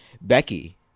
Becky